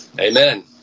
Amen